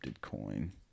coin